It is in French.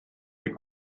les